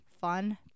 Fun